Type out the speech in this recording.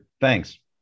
Thanks